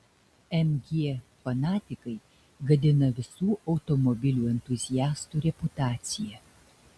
mg fanatikai gadina visų automobilių entuziastų reputaciją